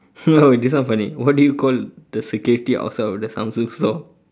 oh this one funny what do you call the security outside of the samsung store